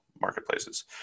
marketplaces